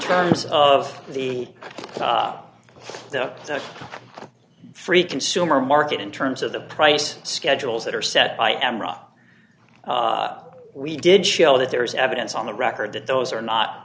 terms of the the free consumer market in terms of the price schedules that are set by emira we did show that there is evidence on the record that those are not